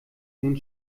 nun